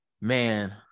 Man